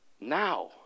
now